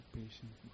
patient